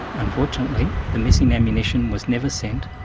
unfortunately the missing ammunition was never sent,